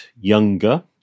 younger